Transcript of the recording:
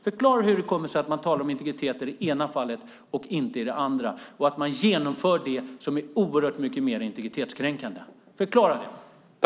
Förklara hur det kommer sig att man talar om integritet i det ena fallet och inte i det andra och att man genomför det som är oerhört mycket mer integritetskränkande! Förklara det!